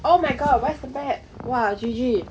oh my god where's the map !wah! G_G